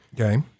Okay